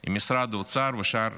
עם משרד האוצר ושאר